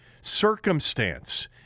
circumstance